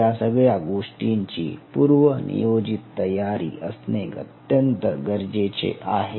या सगळ्या गोष्टींची पूर्वनियोजित तयारी असणे अत्यंत गरजेचे आहे